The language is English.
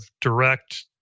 direct